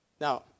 Now